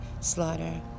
slaughter